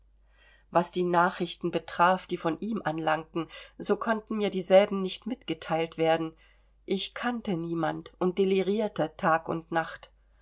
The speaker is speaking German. was die nachrichten betraf die von ihm anlangten so konnten mir dieselben nicht mitgeteilt werden ich kannte niemand und delirierte tag und nacht